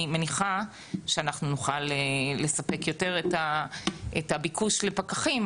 אני מניחה שנוכל לספק יותר את הביקוש לפקחים,